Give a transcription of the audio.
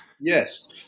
Yes